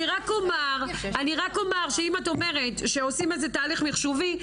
אני רק אומר שאם את אומרת שעושים איזה תהליך מחשובי,